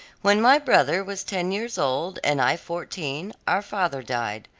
when my brother was ten years old, and i fourteen, our father died.